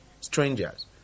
strangers